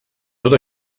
tot